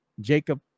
Jacob